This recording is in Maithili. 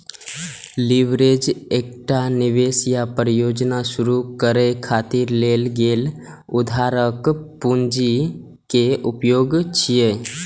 लीवरेज एकटा निवेश या परियोजना शुरू करै खातिर लेल गेल उधारक पूंजी के उपयोग छियै